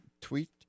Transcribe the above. tweet